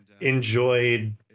enjoyed